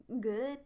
good